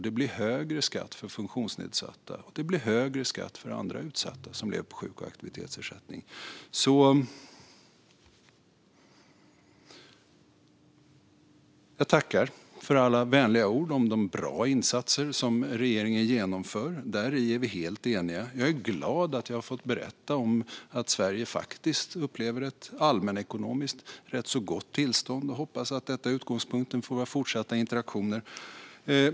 Det blir högre skatt för funktionsnedsatta och andra utsatta som lever på sjuk och aktivitetsersättning. Jag tackar för alla vänliga ord om de bra insatser som regeringen genomför. Där är vi helt eniga. Jag är glad att jag har fått berätta om att Sverige faktiskt upplever ett rätt så gott allmänekonomiskt tillstånd och hoppas att detta är utgångspunkten för våra fortsatta interaktioner.